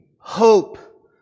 hope